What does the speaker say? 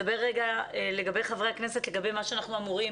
לגבי מה שאנחנו אמורים